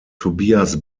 tobias